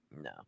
No